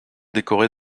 décorée